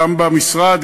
גם במשרד,